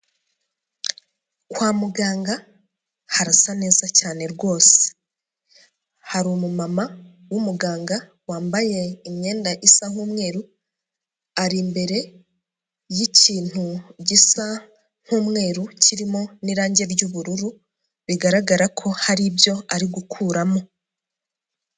Kwa muganga harasa neza cyane rwose, hari umumama w'umuganga wambaye imyenda isa nk'umweru, ari imbere y'ikintu gisa nk'umweru kirimo n'irange ry'ubururu bigaragara ko hari ibyo ari gukuramo.